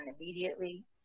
immediately